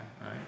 right